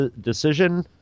decision